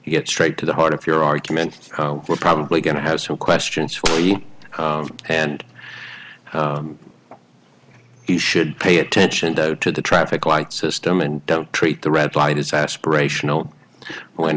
to get straight to the heart of your argument we're probably going to have some questions for you and you should pay attention to the traffic light system and don't treat the red light as aspirational when